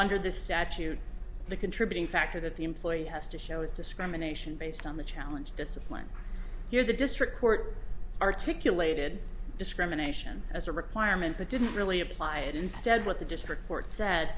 under this statute the contributing factor that the employee has to show is discrimination based on the challenge discipline here the district court articulated discrimination as a requirement that didn't really apply and instead what the district court said